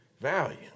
value